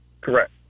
Correct